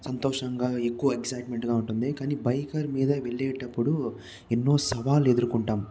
సంతోషంగా ఎక్కువ ఎక్సైట్మెంట్ గా ఉంటుంది కానీ బైకర్ మీద వెళ్ళేటప్పుడు ఎన్నో సవాళ్ళు ఎదుర్కొంటాం